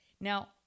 Now